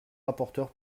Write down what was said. rapporteur